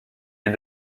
est